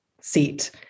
seat